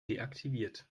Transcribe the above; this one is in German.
deaktiviert